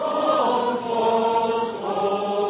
frå Det